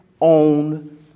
own